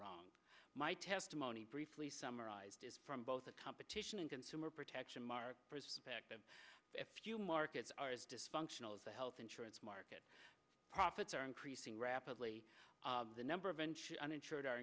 wrong my testimony briefly summarized is from both a competition and consumer protection mark perspective if you markets are as dysfunctional as the health insurance market profits are increasing rapidly the number of venture uninsured are